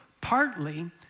partly